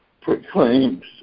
proclaims